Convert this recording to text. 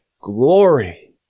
Glory